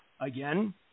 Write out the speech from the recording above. Again